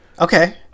Okay